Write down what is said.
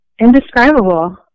indescribable